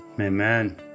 Amen